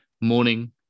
morning